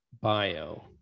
bio